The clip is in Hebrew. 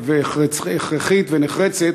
הכרחית ונחרצת,